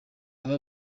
aba